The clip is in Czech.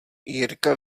jirka